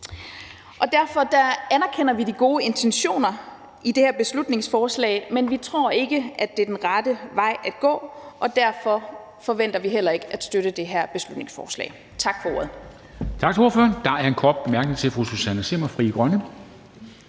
Derfor anerkender vi de gode intentioner i det her beslutningsforslag, men vi tror ikke, at det er den rette vej at gå, og derfor forventer vi heller ikke støtte det her beslutningsforslag. Tak for ordet.